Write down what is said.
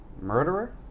murderer